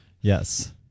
Yes